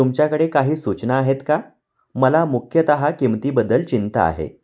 तुमच्याकडे काही सूचना आहेत का मला मुख्यतः किमतीबद्दल चिंता आहे